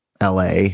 LA